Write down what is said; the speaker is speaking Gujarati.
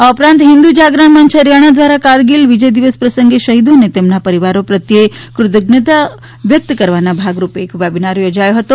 આ ઉપરાંત હિંદુ જાગરણ મંચ હરિયાણા દ્વારા કારગીલ વિજય દિવસ પ્રસંગે શહીદો અને તેમના પરિવારો પ્રત્યે કૃતજ્ઞતા વ્યક્ત કરવાના ભાગરૂપે એક વેબીનાર યોજાયો હતો